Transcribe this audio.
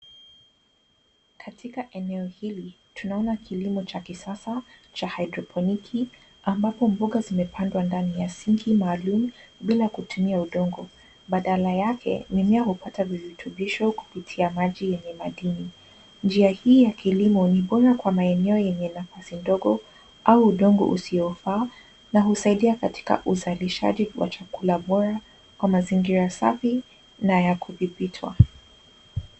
Katika eneo hili tunaona kilimo cha kisasa cha haidroponiki ambazo mboga zimepandwa kwenye sinki maalum bila kutumia udongo badala yake mimea hupata viritubisho kupitia maji yenye madini. Njia hii ya kilimo ni bora kwa maeneo yenye nafasi ndogo au udongo usiofaa na husaidia katika uzalishaji wa chakula bora kwa mazingira safi na kudhibitwa.